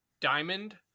Diamond